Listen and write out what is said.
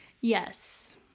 Yes